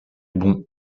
bons